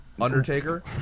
Undertaker